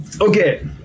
Okay